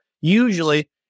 usually